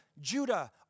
Judah